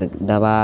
तऽ दवा